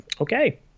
okay